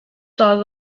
saw